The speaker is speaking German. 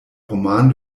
roman